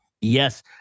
yes